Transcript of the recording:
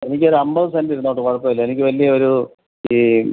എനിക്കൊരു അമ്പത് സെൻറ്റ് ഇരുന്നുകൊള്ളട്ടെ കുഴപ്പമില്ല എനിക്ക് വലിയൊരു ഈ